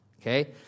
Okay